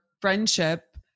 friendship